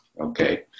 Okay